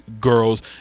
girls